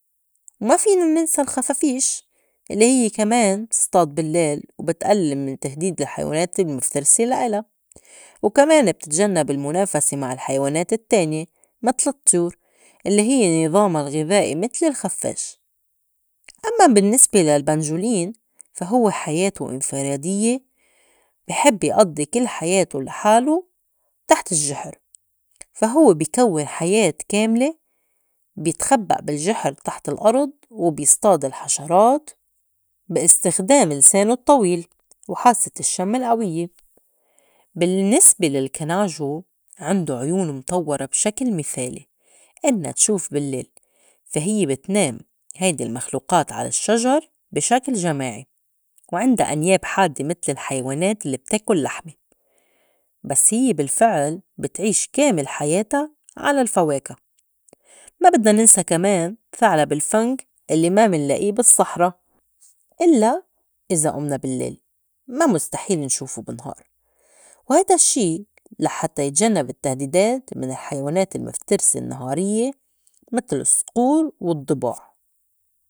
وما فينا نِنسى الخفافيش الّي هيّ كمان تصطاد بالليل وبتئلّل من تهديد الحيوانات المِفترسة لا إلا، وكمان بتتجنّب المُنافسة مع الحيوانات التّانية متل الطيور الّي هيّ نِظاما الغِذائي متل الخفّاش. أمّا بالنّسبة للبَنجولين فا هوّ حياتو انفراديّة بي حِب يأضّي كِل حياته لحالو تحت الجحر، فا هوّ بِكوّن حياة كاملة بيختبّئ بالجّحر تحت الأرض، وبيصطاد الحشرات بي استخدام لسانه الطّويل وحاسّة الشّم القويّة. بالنّسبة للكناجو عِندو عيون مطوّرة بشكِل مِثالي إنّا تشوف باللّيل فا هيّ بتنام هيدي المخلوقات على الشّجر بي شكل جماعي، وعِندا أنياب حادّة متل الحيوانات الّي بتاكُل لحمة بس هيّ بالفعل بتعيش كامل حياتا على الفواكه. ما بدنا ننسى كمان ثعلب الفَنْك الّي ما منلائيه بالصحرة إلّا إذا أُمْنا بالّليل ما مُستحيل نشوفو بالنهار وهيدا الشّي لحتّى يتجنّب التهديدات من الحيوانات المفترسة النّهاريّة متل الصْقور والضّباع.